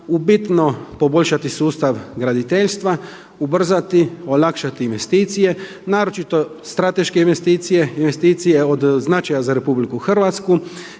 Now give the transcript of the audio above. bitno poboljšati sustav graditeljstva, ubrzati, olakšati investicije, naročito strateške investicije, investicije od značaja za RH, kako